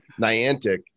Niantic